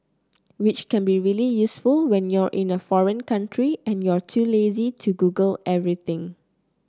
which can be really useful when you're in a foreign country and you're too lazy to Google everything